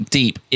deep